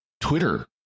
Twitter